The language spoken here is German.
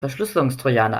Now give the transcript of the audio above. verschlüsselungstrojaner